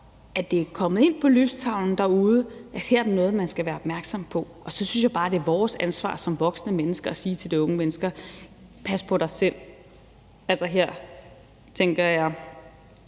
at det er kommet ind på lystavlen derude, at her er der noget, man skal være opmærksom på. Så synes jeg bare, at det er vores ansvar som voksne mennesker at sige til de unge mennesker – og her tænker jeg